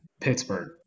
Pittsburgh